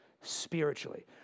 spiritually